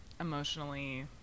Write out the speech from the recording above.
emotionally